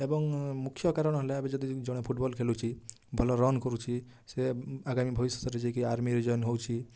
ଏବଂ ମୁଖ୍ୟ କାରଣ ହେଲା ଏବେ ଯଦି ଜଣେ ଫୁଟ୍ବଲ୍ ଖେଳୁଛି ଭଲ ରନ୍ କରୁଛି ସେ ଆଗାମୀ ଭବିଷ୍ୟତରେ ଯାଇକି ଆର୍ମିରେ ଜଏନ୍ ହେଉଛି